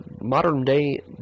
modern-day